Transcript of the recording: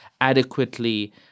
adequately